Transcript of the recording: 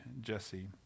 Jesse